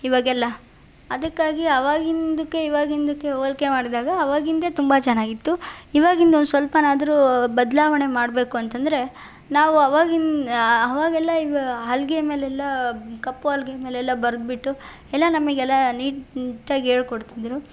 ಇವಾಗೆಲ್ಲ ಅದಕ್ಕಾಗಿ ಅವಾಗಿಂದಕ್ಕೆ ಇವಾಗಿಂದಕ್ಕೆ ಹೋಲಿಕೆ ಮಾಡಿದಾಗ ಅವಾಗಿಂದೇ ತುಂಬ ಚೆನ್ನಾಗಿತ್ತು ಇವಾಗಿಂದು ಒಂದು ಸ್ವಲ್ಪನಾದರೂ ಬದಲಾವಣೆ ಮಾಡಬೇಕು ಅಂತಂದರೆ ನಾವು ಅವಾಗಿನ ಅವಾಗೆಲ್ಲ ಇವು ಹಲಗೆ ಮೇಲೆಲ್ಲಾ ಕಪ್ಪು ಹಲ್ಗೆ ಮೇಲೆಲ್ಲ ಬರೆದ್ಬಿಟ್ಟು ಎಲ್ಲ ನಮಗೆಲ್ಲ ನೀಟ್ ನೀಟಾಗಿ ಹೇಳ್ಕೊಡ್ತಿದ್ರು